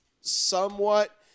somewhat